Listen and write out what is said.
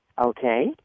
Okay